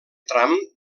tram